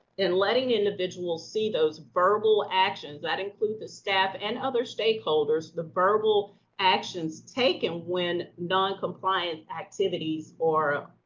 and letting individuals see those verbal actions, that include the staff and other stakeholders, the verbal actions taken when non-compliance activities or,